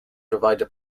divided